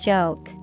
Joke